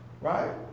right